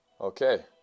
Okay